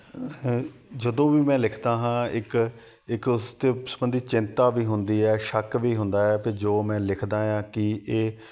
ਜਦੋਂ ਵੀ ਮੈਂ ਲਿਖਦਾ ਹਾਂ ਇੱਕ ਇੱਕ ਉਸਦੇ ਸੰਬੰਧੀ ਚਿੰਤਾ ਵੀ ਹੁੰਦੀ ਹੈ ਸ਼ੱਕ ਵੀ ਹੁੰਦਾ ਹੈ ਵੀ ਜੋ ਮੈਂ ਲਿਖਦਾ ਹਾਂ ਕੀ ਇਹ